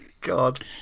God